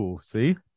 see